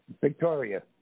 Victoria